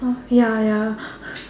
oh ya ya